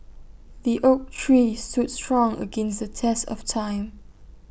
the oak tree stood strong against the test of time